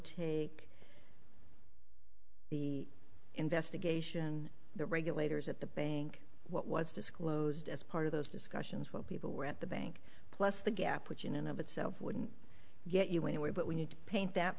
make the investigation the regulators at the bank what was disclosed as part of those discussions while people were at the bank plus the gap which in and of itself wouldn't get you one way but when you paint that